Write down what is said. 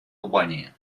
албании